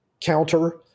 counter